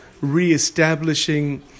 reestablishing